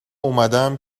اومدم